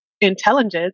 intelligence